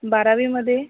बारावीमध्ये